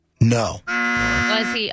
No